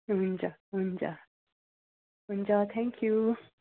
हुन्छ हुन्छ हुन्छ थ्याङ्कयू